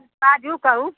बाजू कहू